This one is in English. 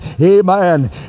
Amen